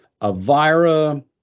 Avira